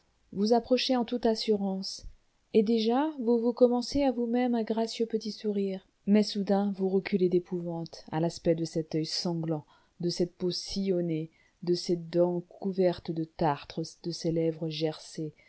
vous approchez en toute assurance et déjà vous vous commencez à vous-même un gracieux petit sourire mais soudain vous reculez d'épouvante à l'aspect de cet oeil sanglant de cette peau sillonnée de ces dents couvertes de tartre de ces lèvres gercées